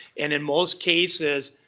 and in most cases,